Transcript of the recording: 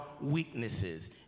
weaknesses